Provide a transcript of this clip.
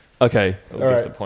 Okay